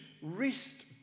wrist